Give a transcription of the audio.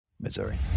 Missouri